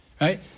right